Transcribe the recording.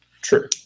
True